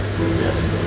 Yes